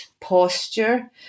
posture